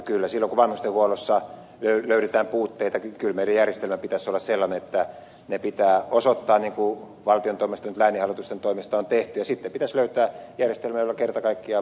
kyllä silloin kun vanhustenhuollossa löydetään puutteita meidän järjestelmämme pitäisi olla sellainen että ne puutteet pitää osoittaa valtion toimesta niin kuin nyt lääninhallitusten toimesta on tehty ja sitten pitäisi löytää järjestelmä jolla kerta kaikkiaan pakotetaan myös korjaamaan